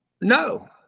No